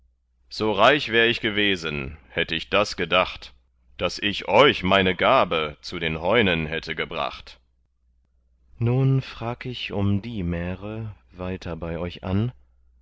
so reich wär ich gewesen hätt ich das gedacht daß ich euch meine gabe zu den heunen hätte gebracht nun frag ich um die märe weiter bei euch an